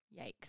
Yikes